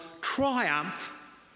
Triumph